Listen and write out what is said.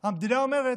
המדינה אומרת: